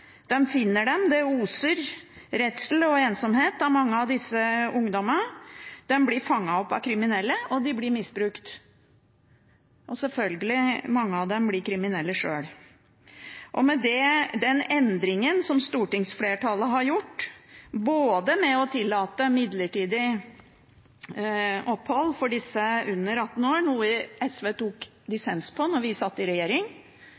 finner dem, det oser redsel og ensomhet av mange av disse ungdommene. De blir fanget opp av kriminelle, og de blir misbrukt. Og selvfølgelig blir mange av dem sjøl kriminelle. Med den endringen som stortingsflertallet har gjort, både ved å tillate midlertidig opphold for dem under 18 år – noe SV tok dissens på da vi satt i regjering